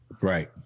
Right